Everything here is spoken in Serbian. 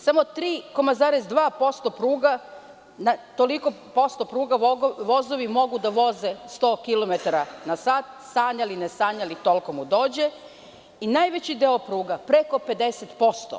Samo 3,2% pruga, na toliko posto pruga vozovi mogu da voze 100 kilometara na sat, sanjali ne sanjali, toliko mu dođe i najveći deo pruga preko 50%